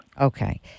Okay